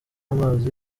amazi